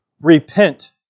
Repent